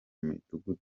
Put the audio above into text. midugudu